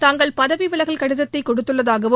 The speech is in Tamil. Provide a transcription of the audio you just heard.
தாங்கள் பதவி விலகல் கடிதத்தை கொடுத்துள்ளதாகவும்